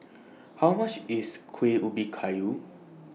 How much IS Kuih Ubi Kayu